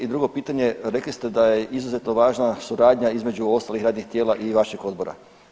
I drugo pitanje rekli ste da je izuzetno važna suradnja između ostalih radnih tijela i vašeg odbora.